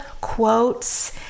quotes